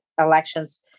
elections